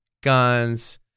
guns